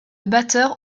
batteur